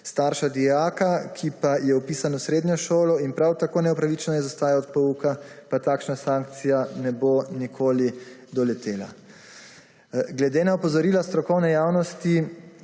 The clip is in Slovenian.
Starša dijaka, ki pa je vpisan v srednjo šolo in prav tako neupravičeno izostaja od pouka pa takšna sankcija ne bo nikoli doletela. Glede na opozorila strokovne javnosti